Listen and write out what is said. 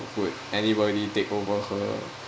would anybody take over her